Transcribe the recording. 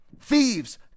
thieves